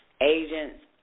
agents